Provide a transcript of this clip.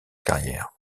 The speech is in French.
carrière